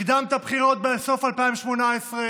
הקדמת בחירות בסוף 2018,